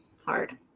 hard